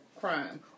Crime